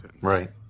Right